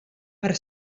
per